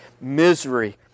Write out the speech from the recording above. misery